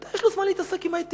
מתי יש לו זמן להתעסק עם העטים?